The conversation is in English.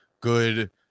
good